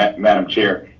ah madam chair.